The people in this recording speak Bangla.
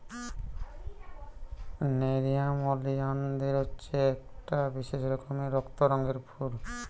নেরিয়াম ওলিয়ানদের হচ্ছে একটা বিশেষ রকমের রক্ত রঙের ফুল